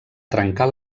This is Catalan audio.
trencar